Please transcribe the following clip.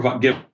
give